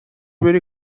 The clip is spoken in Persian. بری